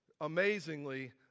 Amazingly